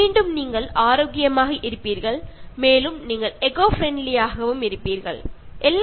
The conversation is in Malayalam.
വീണ്ടും നിങ്ങൾ ആരോഗ്യവാനാവുകയും പ്രകൃതി സൌഹാർദ്ദപരമായി ഇരിക്കാൻ കഴിയുകയും ചെയ്യുന്നു